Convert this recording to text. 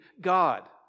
God